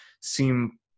seem